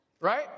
right